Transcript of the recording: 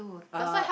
uh